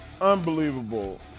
unbelievable